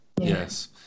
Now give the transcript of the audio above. Yes